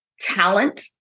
talent